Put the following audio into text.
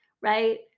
right